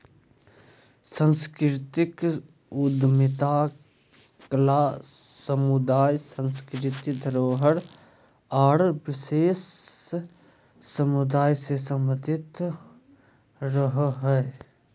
सांस्कृतिक उद्यमिता कला समुदाय, सांस्कृतिक धरोहर आर विशेष समुदाय से सम्बंधित रहो हय